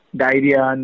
Diarrhea